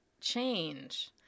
change